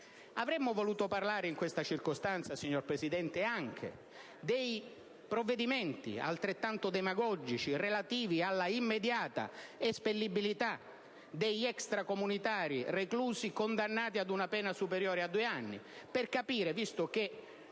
Avremmo voluto parlare in tale circostanza, signor Presidente, anche dei provvedimenti, altrettanto demagogici, relativi alla immediata espellibilità degli extracomunitari reclusi condannati ad una pena superiore a due anni per capire, visto che